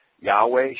Yahweh